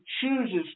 chooses